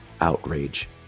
outrage